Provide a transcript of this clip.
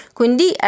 quindi